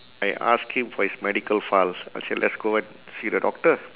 I ask him for his medical files I say let's go and see the doctor